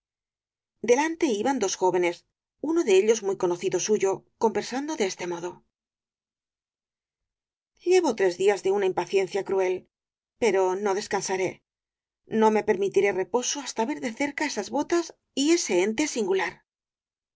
delante iban dos jóvenes uno de ellos muy conocido suyo conversando de este modo llevo tres días de una impaciencia cruel pero no descansaré no me permitiré reposo hasta ver de cerca esas botas y ese ente singular